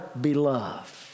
beloved